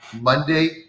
Monday